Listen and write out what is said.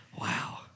Wow